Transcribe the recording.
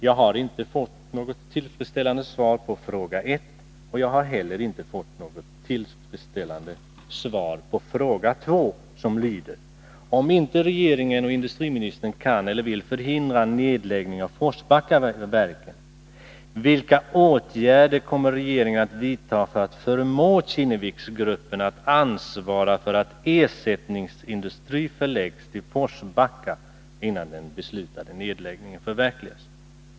Jag har inte fått något tillfredsställande svar på fråga 1 och inte heller på fråga 2, som lyder: Om inte regeringen och industriministern kan eller vill förhindra nedläggning av Forsbackaverken, vilka åtgärder kommer regeringen att vidta för att förmå Kinneviksgruppen att ansvara för att ersättningsindustri förläggs till Forsbacka, innan den beslutade nedläggningen förverkligas?